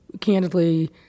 Candidly